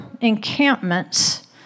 encampments